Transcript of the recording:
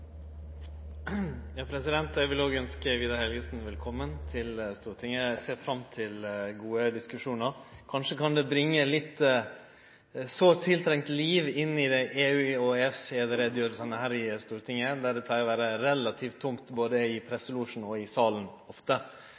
Eg vil òg ønskje Vidar Helgesen velkommen til Stortinget. Eg ser fram til gode diskusjonar. Kanskje kan det bringe litt naudsynt liv inn i EU- og EØS-utgreiingane her i Stortinget, der det ofte brukar å vere relativt tomt både i presselosjen og i salen.